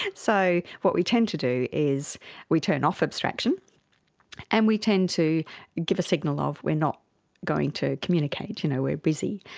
and so what we tend to do is we turn off abstraction and we tend to give a signal of we are not going to communicate, you know we're busy.